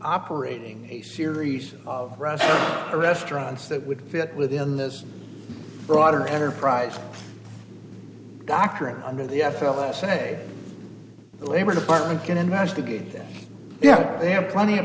operating a series of restaurants that would fit within this broader enterprise doctrine under the f l s say the labor department can investigate them yeah they have plenty of